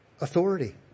authority